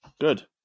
good